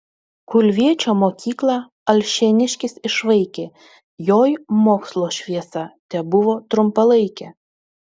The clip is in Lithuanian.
kulviečio mokyklą alšėniškis išvaikė joj mokslo šviesa tebuvo trumpalaikė